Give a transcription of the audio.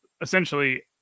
essentially